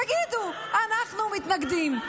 תגידו: אנחנו מתנגדים.